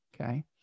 Okay